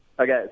Okay